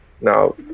now